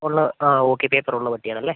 ഉള്ള ആ okay paper ഉള്ള പട്ടിയാണല്ലേ